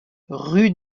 rue